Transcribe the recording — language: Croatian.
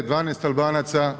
12 Albanaca.